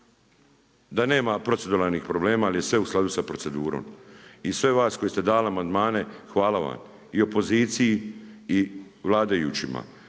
da nema proceduralnih problema, jer je sve u skladu sa procedurom. I sve vas koji ste dali amandmane hvala vam i opoziciji i vladajućima.